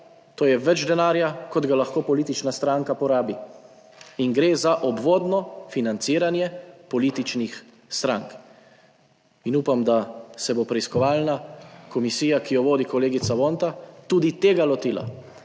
to je več denarja, kot ga lahko politična stranka porabi. Gre za obvodno financiranje političnih strank in upam, da se bo preiskovalna komisija, ki jo vodi kolegica Vonta, tudi tega lotila: